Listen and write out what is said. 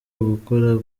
ugukora